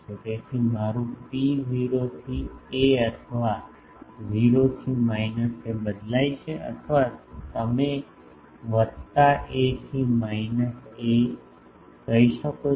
તેથી મારું ρ 0 થી a અથવા 0 થી a બદલાય છે અથવા તમે વત્તા a થી માયનસ a કહી શકો છો